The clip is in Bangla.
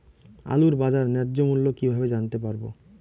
আলুর বাজার ন্যায্য মূল্য কিভাবে জানতে পারবো?